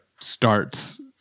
starts